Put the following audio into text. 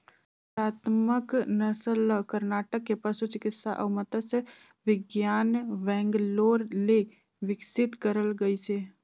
संकरामक नसल ल करनाटक के पसु चिकित्सा अउ मत्स्य बिग्यान बैंगलोर ले बिकसित करल गइसे